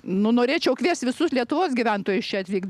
nu norėčiau kviest visus lietuvos gyventojus čia atvykt